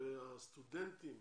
הסטודנטים